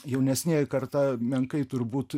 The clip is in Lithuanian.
jaunesnioji karta menkai turbūt